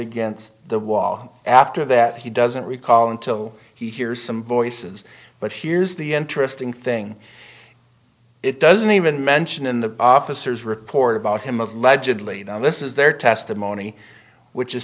against the wall after that he doesn't recall until he hears some voices but here's the interesting thing it doesn't even mention in the officers report about him of legibly then this is their testimony which is